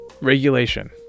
Regulation